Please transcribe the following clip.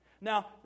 Now